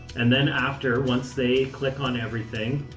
and then after, once they click on everything,